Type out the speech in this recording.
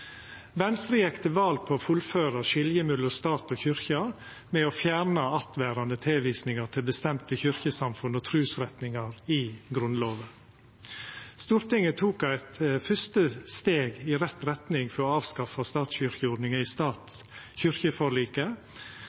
Venstre gjekk til val på å fullføra skiljet mellom stat og kyrkje ved å fjerna attverande tilvisingar til bestemte kyrkjesamfunn og trusretningar i Grunnlova. Stortinget tok eit fyrste steg i rett retning for å avskaffa statskyrkjeordninga i